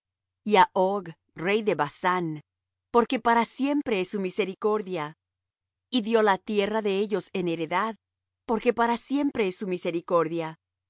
á og rey de basán porque para siempre es su misericordia y dió la tierra de ellos en heredad porque para siempre es su misericordia